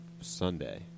Sunday